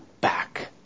back